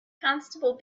constable